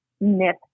myth